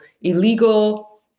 illegal